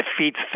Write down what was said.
defeats